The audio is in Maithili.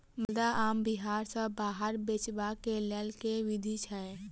माल्दह आम बिहार सऽ बाहर बेचबाक केँ लेल केँ विधि छैय?